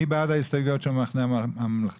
מי בעד ההסתייגויות של המחנה הממלכתי?